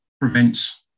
prevents